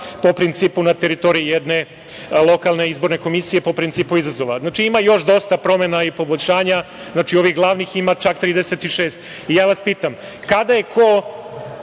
po principu na teritoriji jedne izborne komisije, po principu izazova. Znači, ima još dosta promena i poboljšanja, znači ovih glavnih ima čak 36. Ja vas pita, kada je ko,